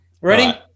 Ready